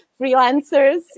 freelancers